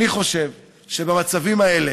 אני חושב שבמצבים האלה,